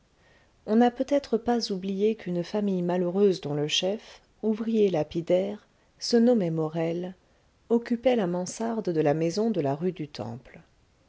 on n'a peut-être pas oublié qu'une famille malheureuse dont le chef ouvrier lapidaire se nommait morel occupait la mansarde de la maison de la rue du temple